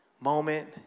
moment